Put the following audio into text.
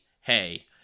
hey